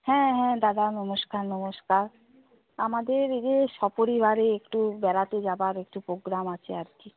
হ্যাঁ হ্যাঁ দাদা নমস্কার নমস্কার আমাদের এই যে সপরিবারে একটু বেড়াতে যাবার একটু প্রোগ্রাম আছে আর কি